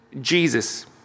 Jesus